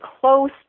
close